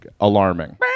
alarming